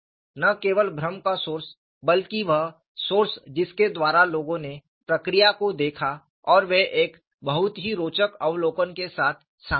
न केवल भ्रम का सोर्स बल्कि वह सोर्स जिसके द्वारा लोगों ने प्रक्रिया को देखा और वे एक बहुत ही रोचक अवलोकन के साथ सामने आए